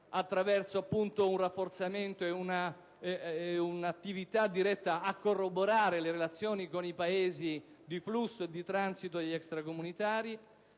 appunto, un rafforzamento e un'attività diretta a corroborare le relazioni con i Paesi di flusso e di transito degli extracomunitari,